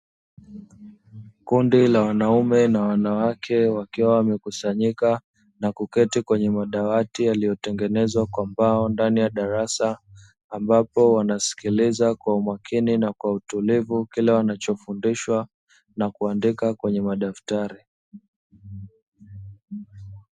Kundi la wanaume na wanawake wakiwa wamekusanyika, na kuketi kwenye madawati yaliyotengenezwa kwa mbao ndani ya darasa, ambapo wanasikiliza kwa umakini na kwa utulivu kile wanachofundishwa, na kuandika kwenye madaftari.